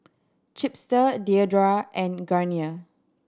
Chipster Diadora and Garnier